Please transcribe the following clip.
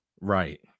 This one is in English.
Right